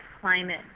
climate